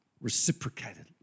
reciprocated